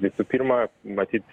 visų pirma matyt